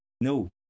No